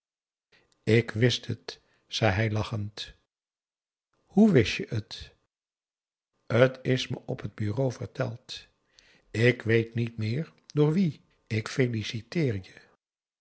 ik wist het zei hij lachend hoe wist je het t is me op t bureau verteld ik weet niet meer door wie ik feliciteer je